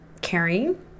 carrying